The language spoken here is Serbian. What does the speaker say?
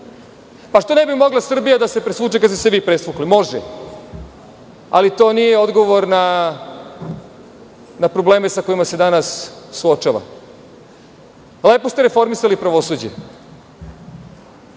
ne bi mogla Srbija da se presvuče kad ste se vi presvukli? Može, ali to nije odgovor na probleme sa kojima se danas suočava. Lepo ste reformisali pravosuđe.